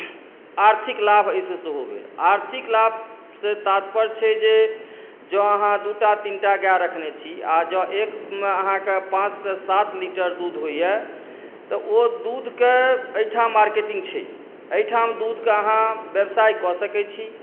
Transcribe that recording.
आर्थिक लाभ एहि सॅं सेहो भेल आर्थिक लाभ सॅं तातपर्य छै जे जॅं अहाँ दूटा तीनटा गाय रखने छी जॅं अहाँके एक पांच सऽ सात लीटर दूध होइया तऽ ओ दूध के एहिठाम मार्केटिंग छै एहिठाम दूधके अहाँ व्यवसाय कए सकै छी